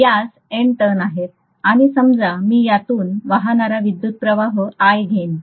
यास N turns आहेत आणि समजा मी त्यातून वाहणारा विद्युत प्रवाह I घेईन